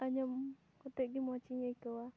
ᱟᱸᱡᱚᱢ ᱠᱟᱛᱮ ᱢᱚᱡᱽ ᱤᱧ ᱟᱹᱭᱠᱟᱹᱣᱟ